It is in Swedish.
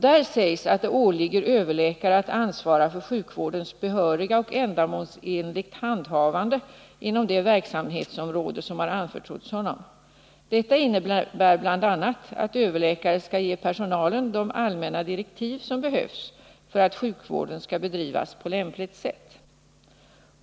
Där sägs att det åligger överläkare att ansvara för sjukvårdens behöriga och ändamålsenliga handhavande inom det verksamhetsområde som har anförtrotts honom. Detta innebär bl.a. att överläkare skall ge personalen de allmänna direktiv som behövs för att sjukvården skall bedrivas på ett lämpligt sätt.